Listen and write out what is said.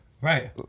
Right